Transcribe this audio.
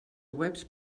webs